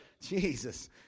Jesus